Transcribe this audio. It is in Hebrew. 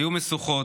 היו משוכות,